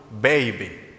baby